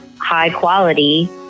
high-quality